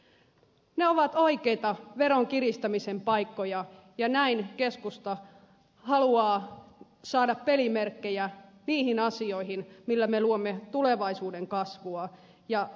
ne ovat oikeita veron kiristämisen paikkoja ja näin keskusta haluaa saada pelimerkkejä niihin asioihin millä me luomme tulevaisuuden kasvua ja uusia työpaikkoja